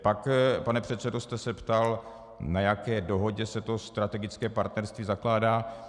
Pak, pane předsedo, jste se ptal, na jaké dohodě se to strategické partnerství zakládá.